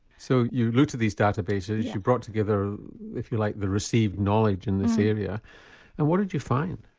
so you looked at these data bases, you brought together if you like the received knowledge in this area. now and what did you find?